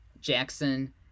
Jackson